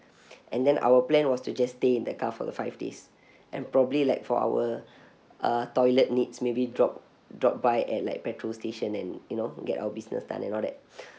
and then our plan was to just stay in the car for the five days and probably like for our uh toilet needs maybe drop drop by at like petrol station and you know get our business done and all that